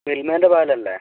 മിൽമ്മേൻ്റെ പാലല്ലേ